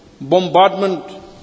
bombardment